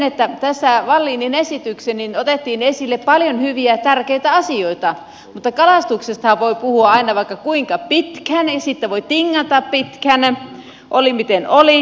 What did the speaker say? toiseksi tässä wallinin esityksessä otettiin esille paljon hyviä tärkeitä asioita mutta kalastuksestahan voi puhua aina vaikka kuinka pitkään siitä voi tingata pitkään oli miten oli